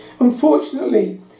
Unfortunately